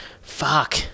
Fuck